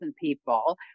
people